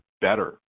better